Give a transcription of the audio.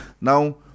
Now